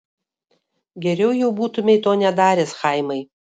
geriau jau būtumei to nedaręs chaimai